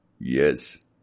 Yes